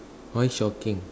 why shocking